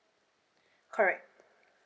correct